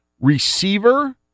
receiver